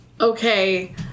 Okay